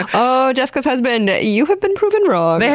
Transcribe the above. oh, jessica's husband, you have been proven wrong! yeah